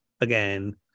again